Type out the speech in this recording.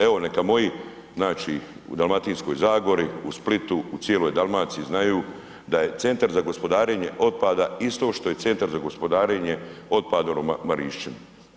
Evo, neka moji znači u Dalmatinskoj zagori, u Splitu, u cijeloj Dalmaciji znaju da je centar za gospodarenje otpada isto što i Centar za gospodarenje otpadom Marišćina.